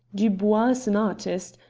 dubois is an artist.